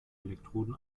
elektroden